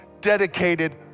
dedicated